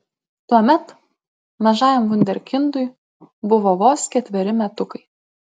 tuomet mažajam vunderkindui buvo vos ketveri metukai